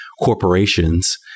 corporations